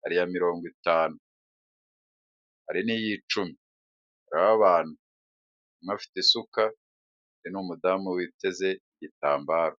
hari iya mirongo itanu. Hari n'iy'icumi. Hariho abantu. Umwe afite isuka undi n'umudamu witeze igitambaro.